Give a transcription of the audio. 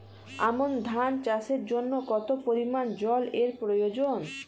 আমন ধান চাষের জন্য কত পরিমান জল এর প্রয়োজন?